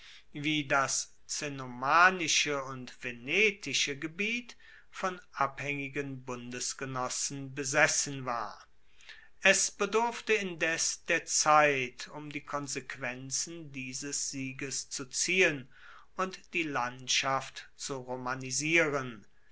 wie das cenomanische und venetische gebiet von abhaengigen bundesgenossen besessen war es bedurfte indes der zeit um die konsequenzen dieses sieges zu ziehen und die landschaft zu romanisieren